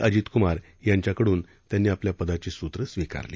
अजित कुमार यांच्याकडून त्यांनी आपल्या पदाची सूत्र स्वीकारली